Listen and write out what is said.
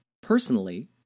personally